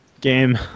Game